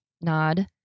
nod